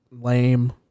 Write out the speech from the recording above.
lame